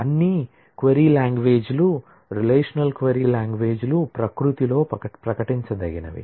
అన్ని query language లు relational query language లు ప్రకృతిలో ప్రకటించదగినవి